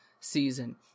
season